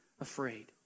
afraid